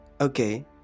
Okay